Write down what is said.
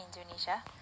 Indonesia